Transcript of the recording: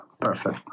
perfect